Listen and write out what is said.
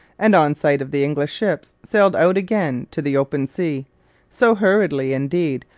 and on sight of the english ships sailed out again to the open sea so hurriedly, indeed,